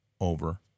over